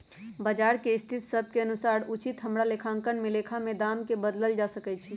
बजार के स्थिति सभ के अनुसार उचित हमरा लेखांकन में लेखा में दाम् के बदलल जा सकइ छै